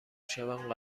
شوم